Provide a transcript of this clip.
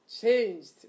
changed